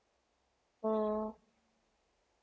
mm